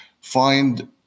find